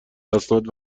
اسناد